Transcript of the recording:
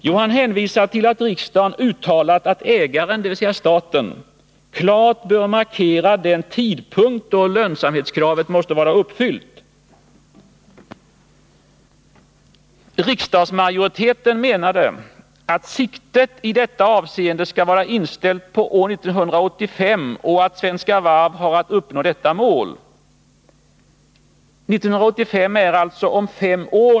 Jo, han hänvisar till att riksdagen uttalat att ägaren, dvs. staten, klart bör markera den tidpunkt då lönsamhetskravet måste vara uppfyllt. Riksdagsmajoriteten menade att siktet i detta avseende skall vara inställt på år 1985 och att Svenska Varv har att uppnå målet då. 1985 — det är alltså om fem år.